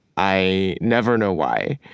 i never know why,